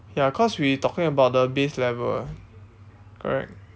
ya cause we talking about the base level eh correct